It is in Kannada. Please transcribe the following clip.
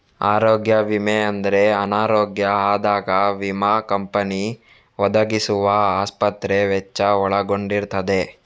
ಆರೋಗ್ಯ ವಿಮೆ ಅಂದ್ರೆ ಅನಾರೋಗ್ಯ ಆದಾಗ ವಿಮಾ ಕಂಪನಿ ಒದಗಿಸುವ ಆಸ್ಪತ್ರೆ ವೆಚ್ಚ ಒಳಗೊಂಡಿರ್ತದೆ